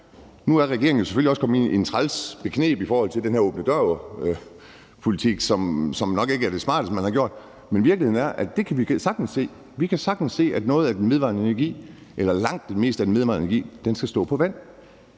Nu er regeringen jo selvfølgelig også kommet i et træls bekneb i forhold til den her åben dør-politik, som nok ikke er det smarteste, man har gjort. Men virkeligheden er, at vi sagtens kan se, at noget eller langt det meste af den vedvarende energi-produktion skal foregå på vandet.